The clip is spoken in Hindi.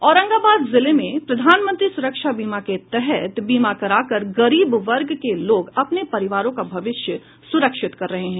औरंगाबाद जिले में प्रधानमंत्री सुरक्षा बीमा के तहत बीमा कराकर गरीब वर्ग के लोग अपने परिवारों का भविष्य सुरक्षित कर रहे हैं